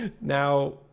now